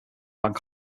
bank